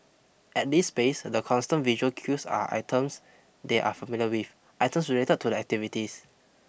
at this space the constant visual cues are items they are familiar with items related to the activities